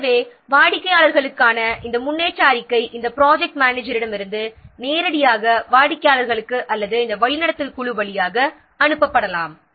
எனவே வாடிக்கையாளர்களுக்கான இந்த முன்னேற்ற அறிக்கை ப்ராஜெக்ட் மேனேஜரிடமிருந்து நேரடியாக வாடிக்கையாளர்களுக்கு அல்லது இந்த வழிநடத்தல் குழு வழியாக அனுப்பப்படலாம்